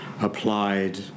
applied